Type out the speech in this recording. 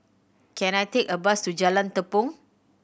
can I take a bus to Jalan Tepong